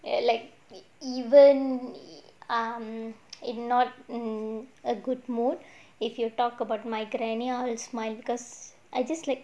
it like even um if not in a good mood if you talk about my granny is mind because I just like